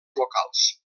locals